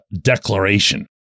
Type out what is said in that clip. declaration